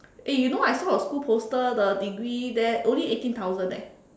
eh you know I saw a school poster the degree there only eighteen thousand eh